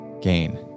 gain